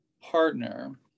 partner